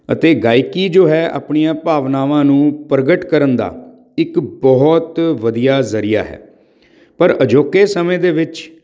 ਅਤੇ ਗਾਇਕੀ ਜੋ ਹੈ ਆਪਣੀਆਂ ਭਾਵਨਾਵਾਂ ਨੂੰ ਪ੍ਰਗਟ ਕਰਨ ਦਾ ਇੱਕ ਬਹੁਤ ਵਧੀਆ ਜ਼ਰੀਆ ਹੈ ਪਰ ਅਜੋਕੇ ਸਮੇਂ ਦੇ ਵਿੱਚ